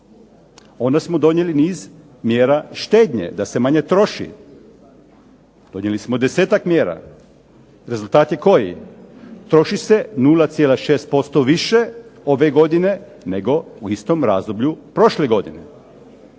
Onda smo donijeli niz mjera štednje da se manje troši. Donijeli smo desetak mjera. Rezultat je koji? Troši se 0,6% više ove godine nego u istom razdoblju prošle godine.